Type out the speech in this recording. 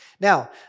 Now